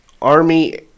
army